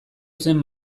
zen